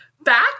back